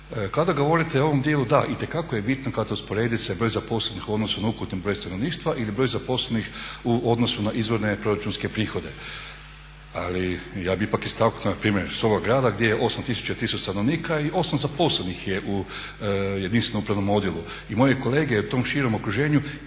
Kada govorite o ovom dijelu da itekako je bitno kada se usporedi broj zaposlenih u odnosu na ukupan broj stanovništva ili broj zaposlenih u odnosu na izvorne proračunske prihode. Ali ja bi ipak istaknuo primjer svoga grada gdje je 8,300 stanovnika i 8 zaposlenih je u jedinstvenom upravnom odjelu. I moje kolege u tom širem okruženju isto